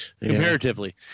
comparatively